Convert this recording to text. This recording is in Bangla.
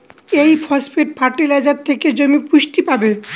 এই ফসফেট ফার্টিলাইজার থেকে জমি পুষ্টি পাবে